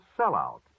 Sellout